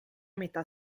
metà